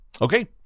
Okay